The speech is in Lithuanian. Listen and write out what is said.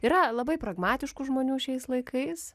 yra labai pragmatiškų žmonių šiais laikais